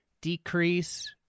decrease